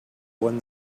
when